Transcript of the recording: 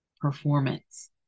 performance